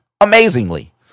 Amazingly